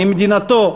ממדינתו,